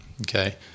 okay